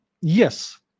yes